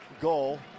goal